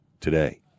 today